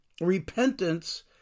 repentance